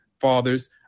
fathers